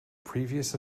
previous